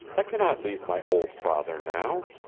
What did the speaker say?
i cannot leave my old father now.